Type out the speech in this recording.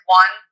one